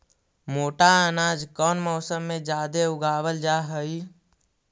मोटा अनाज कौन मौसम में जादे उगावल जा हई?